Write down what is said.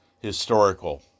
historical